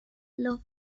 love